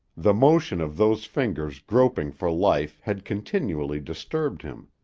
the motion of those fingers groping for life had continually disturbed him.